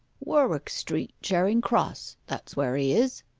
warwick street, charing cross that's where he is